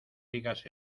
digas